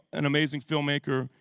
an amazing filmmaker,